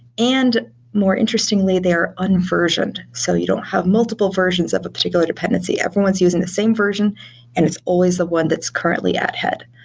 and more interestingly, they are unversioned. so you don't have multiple versions of a particular dependency. everyone is using the same version and it's always the one that's currently at head.